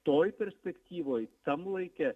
toj perspektyvoj tam laike